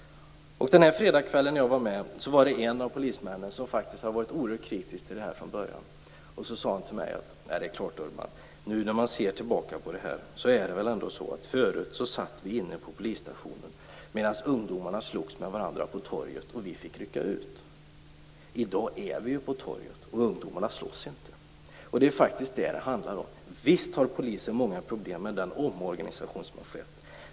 Den fredag kväll jag var med sade en av polismännen som hade varit oerhört kritisk till det här från början: Förut satt vi inne på polisstationen, medan ungdomarna slogs med varandra på torget, och vi fick rycka ut. I dag är vi på torget, och ungdomarna slåss inte. Det är faktiskt det här det handlar om. Visst har polisen många problem med den omorganisation som har skett.